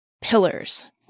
pillars